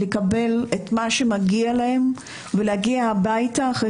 לקבל את מה שמגיע להם ולהגיע הביתה אחרי